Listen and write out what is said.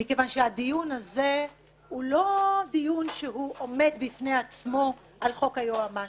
מכיוון שהדיון הזה הוא לא דיון שעומד בפני עצמו על חוק היועמ"שים.